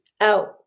out